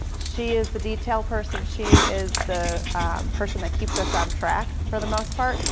she is the detail person. she is the person that keeps us on track for the most part.